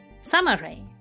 Summary